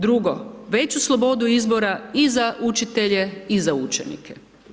Drugo, veću slobodu izbora i za učitelje, i za učenike.